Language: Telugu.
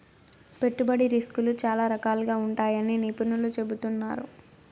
పెట్టుబడి రిస్కులు చాలా రకాలుగా ఉంటాయని నిపుణులు చెబుతున్నారు